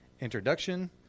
introduction